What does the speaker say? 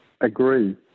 agree